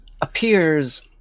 appears